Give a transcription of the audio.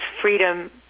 freedom